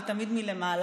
אבל תמיד מלמעלה,